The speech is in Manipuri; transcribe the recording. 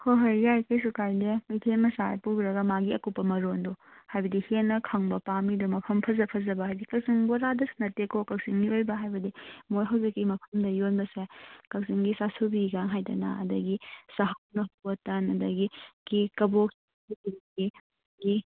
ꯍꯣꯏ ꯍꯣꯏ ꯌꯥꯏ ꯀꯩꯁꯨ ꯀꯥꯏꯗꯦ ꯀꯩꯊꯦꯜ ꯃꯆꯥ ꯄꯨꯔꯒ ꯃꯥꯒꯤ ꯑꯀꯨꯞꯄ ꯃꯔꯣꯜꯗꯨ ꯍꯥꯏꯕꯗꯤ ꯍꯦꯟꯅ ꯈꯪꯕ ꯄꯥꯝꯃꯤꯗꯣ ꯃꯐꯝ ꯐꯖ ꯐꯖꯕ ꯍꯥꯏꯗꯤ ꯀꯛꯆꯤꯡ ꯕꯣꯔꯥꯗꯁꯨ ꯅꯠꯇꯦꯀꯣ ꯀꯛꯆꯤꯡꯒꯤ ꯑꯣꯏꯕ ꯍꯥꯏꯕꯗꯤ ꯃꯣꯏ ꯍꯧꯖꯤꯛꯀꯤ ꯃꯐꯝꯗ ꯌꯣꯟꯕꯁꯦ ꯀꯛꯆꯤꯡꯒꯤ ꯆꯥꯁꯨꯕꯤꯒ ꯍꯥꯏꯗꯅ ꯑꯗꯒꯤ ꯆꯥꯛꯍꯥꯎꯅ ꯍꯧꯕ ꯇꯟ ꯑꯗꯒꯤ ꯀꯤ ꯀꯕꯣꯛ